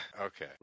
Okay